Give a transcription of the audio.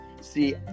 see